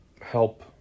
help